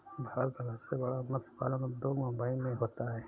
भारत का सबसे बड़ा मत्स्य पालन उद्योग मुंबई मैं होता है